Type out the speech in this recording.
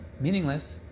meaningless